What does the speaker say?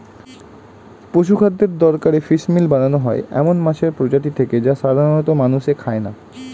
পশুখাদ্যের দরকারে ফিসমিল বানানো হয় এমন মাছের প্রজাতি থেকে যা সাধারনত মানুষে খায় না